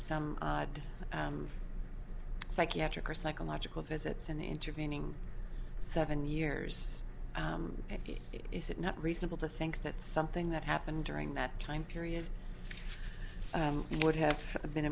some odd psychiatric or psychological visits in the intervening seven years is it not reasonable to think that something that happened during that time period would have been